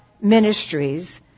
Ministries